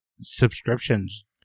subscriptions